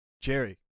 jerry